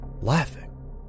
laughing